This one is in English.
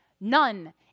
None